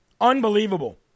Unbelievable